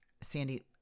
Sandy